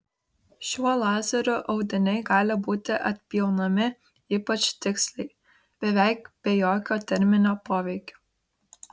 šiuo lazeriu audiniai gali būti atpjaunami ypač tiksliai beveik be jokio terminio poveikio